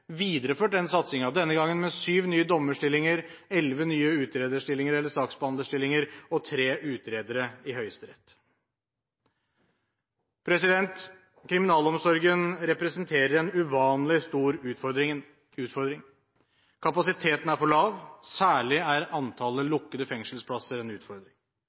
videreført denne satsingen, denne gangen med syv nye dommerstillinger, elleve nye utrederstillinger eller saksbehandlerstillinger og tre utredere i Høyesterett. Kriminalomsorgen representerer en uvanlig stor utfordring. Kapasiteten er for lav, særlig er antallet lukkede fengselsplasser en utfordring.